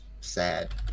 sad